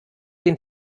den